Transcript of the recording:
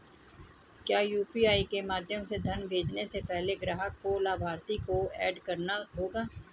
क्या यू.पी.आई के माध्यम से धन भेजने से पहले ग्राहक को लाभार्थी को एड करना होगा?